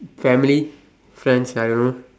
family friends I don't know